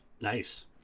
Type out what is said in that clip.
Nice